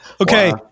Okay